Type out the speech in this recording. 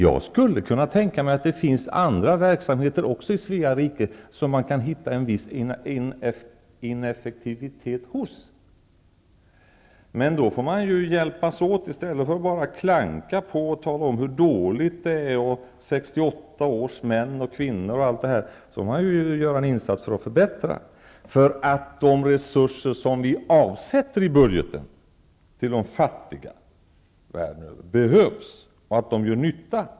Jag kan tänka mig att det även finns andra verksamheter i Svea rike som är ineffektiva. Men då får man hjälpas åt, i stället för att klanka och tala om hur dåligt allt är och tala om 1968 års män och kvinnor, osv. Då får man ju göra en insats för att göra saker bättre. De resurser som avsätts i budgeten till de fattiga världen över behövs.